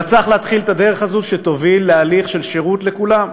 צריך להתחיל את הדרך הזאת שתוביל להליך של שירות לכולם,